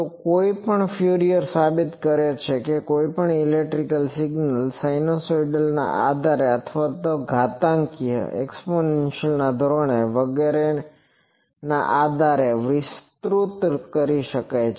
તો કોઈ પણ ફ્યુરિયર સાબિત કરે છે કે કોઈ પણ ઇલેક્ટ્રિકલ સિગ્નલને સિનુસાઇડલ આધારે અથવા ઘાતાંકીય ધોરણે વગેરેના આધારે વિસ્તૃત કરી શકાય છે